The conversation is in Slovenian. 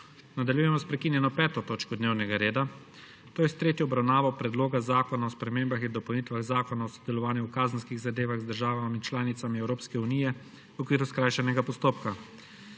Nadaljujemo s prekinjeno 5. točko dnevnega reda, to je s tretjo obravnavo Predloga zakona o spremembah in dopolnitvah zakona o sodelovanju v kazenskih zadevah z državami članicami Evropske unije v okviru skrajšanega postopka.